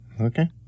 Okay